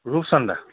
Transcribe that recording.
ৰূপচন্দা